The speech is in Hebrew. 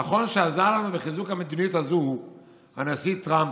נכון שעזר לנו בחיזוק המדיניות הזו הנשיא טראמפ,